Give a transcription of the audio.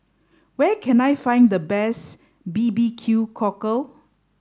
where can I find the best B B Q cockle